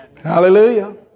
Hallelujah